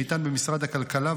שניתן במשרד הכלכלה,